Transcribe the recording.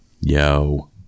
Yo